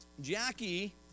Jackie